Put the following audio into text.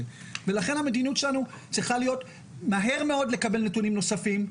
ולכן המדיניות שלנו צריכה להיות שמהר מאוד נקבל נתונים נוספים,